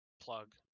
plug